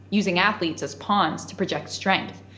using athletes as pawns to project strength,